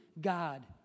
God